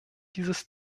dieses